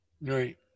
right